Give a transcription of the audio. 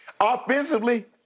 Offensively